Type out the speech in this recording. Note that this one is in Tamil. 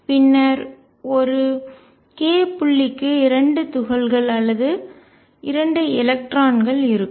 பின்னர் ஒரு k புள்ளிக்கு 2 துகள்கள் அல்லது 2 எலக்ட்ரான்கள் இருக்கும்